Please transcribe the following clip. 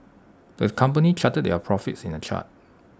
the company charted their profits in A chart